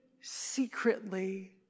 secretly